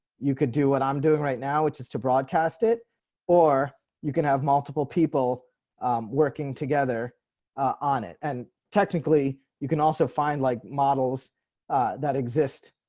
you could do what i'm doing right now, which is to broadcast it or you can have multiple people working together on it and technically you can also find like models that exists.